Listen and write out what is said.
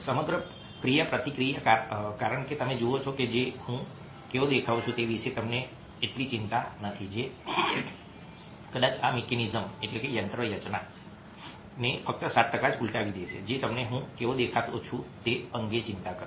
સમગ્ર ક્રિયાપ્રતિક્રિયા કારણ કે તમે જુઓ છો કે હું કેવો દેખાઉં છું તે વિશે તમને એટલી ચિંતા નથી જે કદાચ આ મિકેનિઝમયંત્રરચનાને ફક્ત 7 ટકા જ ઉલટાવી દેશે જે તમને હું કેવો દેખાતો છું તે અંગે ચિંતા કરશો